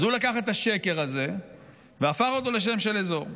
אז הוא לקח את השקר הזה והפך אותו לשם של אזור.